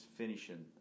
finishing